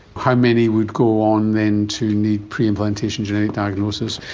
how many would go on then to need preimplantation genetic diagnosis?